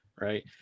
right